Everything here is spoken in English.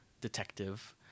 detective